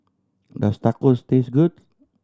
does Tacos taste good